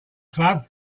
club